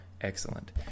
excellent